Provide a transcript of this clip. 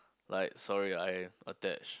like sorry I attach